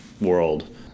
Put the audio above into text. world